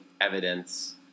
evidence